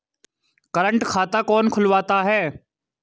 Current खाता कौन खुलवाता है?